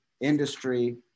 industry